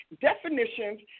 definitions